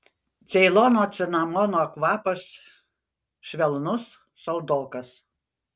ceilono cinamono kvapas švelnus saldokas